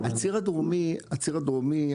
הציר הדרומי,